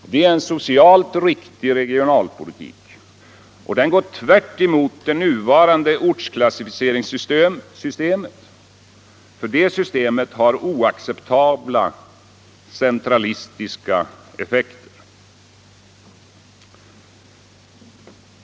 Detta är en socialt riktig regionalpolitik. Den går tvärtemot det nuvarande ortsklassificeringssystemet, för det systemet har oacceptabla centralistiska effekter.